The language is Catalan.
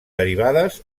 derivades